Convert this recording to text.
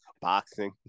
boxing